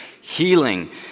healing